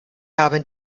haben